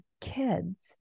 kids